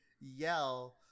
yell